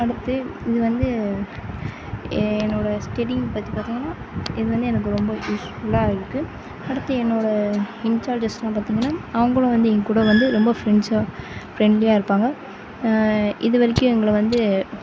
அடுத்து இது வந்து என்னோட ஸ்டடியிங் பற்றி பார்த்திங்கன்னா இது வந்து எனக்கு ரொம்ப யூஸ்ஃபுல்லாக இருக்குது அடுத்து என்னோட இன்ச்சார்ஜ்ஸ்யெலாம் பார்த்திங்கன்னா அவங்களும் வந்து என்கூட வந்து ரொம்ப ஃப்ரெண்ட்ஸாக ஃப்ரெண்ட்லியாக இருப்பாங்க இது வரைக்கும் எங்களை வந்து